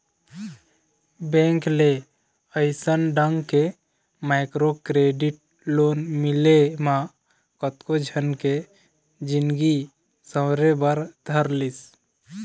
bank ले अइसन ढंग के माइक्रो क्रेडिट लोन मिले म कतको झन के जिनगी सँवरे बर धर लिस